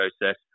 process